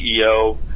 CEO